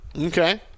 Okay